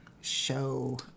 show